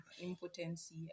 impotency